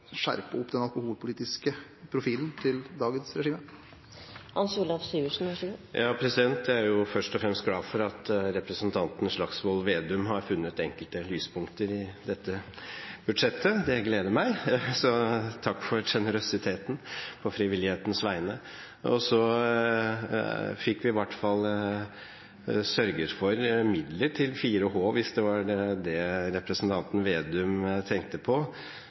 skjerpe den alkoholpolitiske profilen til dagens regime. Jeg er først og fremst glad for at representanten Slagsvold Vedum har funnet enkelte lyspunkter i dette budsjettet. Det gleder meg. Takk for generøsiteten på frivillighetens vegne. Og så fikk vi i hvert fall sørget for midler til 4H, hvis det var det representanten Slagsvold Vedum tenkte på,